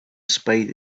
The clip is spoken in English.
spade